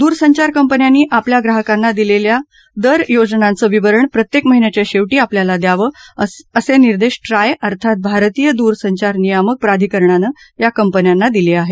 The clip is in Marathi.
दूरसंचार कंपन्यांनी आपल्या ग्राहकांना दिलेल्या दर योजनांचं विवरण प्रत्येक महिन्याच्या शेवटी आपल्याला द्यावं असे निर्देश ट्राय अर्थात भारतीय दूरसंचार नियामक प्राधिकरणानं या कंपन्यांना दिले आहेत